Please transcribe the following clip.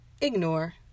ignore